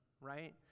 right